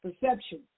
perception